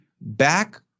back